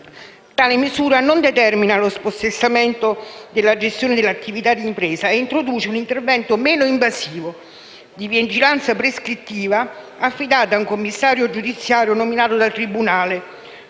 Tale misura non determina lo spossessamento della gestione dell'attività di impresa e introduce un intervento meno invasivo di vigilanza prescrittiva affidata a un commissario giudiziario nominato dal tribunale,